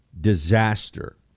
disaster